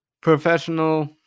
professional